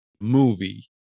movie